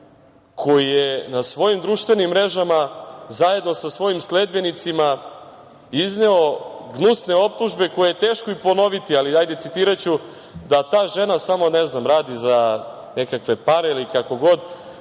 koji je na svojim društvenim mrežama, zajedno sa svojim sledbenicima, izneo gnusne optužbe koje je teško i ponoviti, ali citiraću da ta žena, ne znam, samo radi za nekakve pare ili kako god,